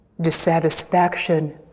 dissatisfaction